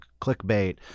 clickbait